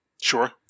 Sure